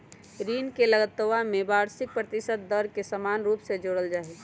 ऋण के लगतवा में वार्षिक प्रतिशत दर के समान रूप से जोडल जाहई